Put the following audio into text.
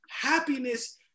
Happiness